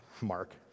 Mark